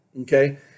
okay